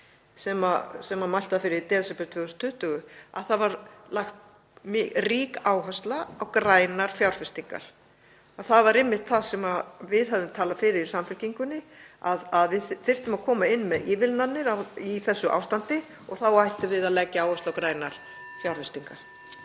sem mælt var fyrir í desember 2020, að mjög rík áhersla var lögð á grænar fjárfestingar. Það var einmitt það sem við höfðum talað fyrir í Samfylkingunni, að við þyrftum að koma inn með ívilnanir í þessu ástandi og þá ættum við að leggja áherslu á grænar fjárfestingar.